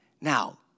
Now